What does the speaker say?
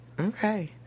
Okay